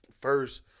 first